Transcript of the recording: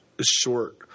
short